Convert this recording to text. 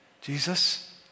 Jesus